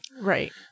Right